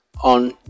on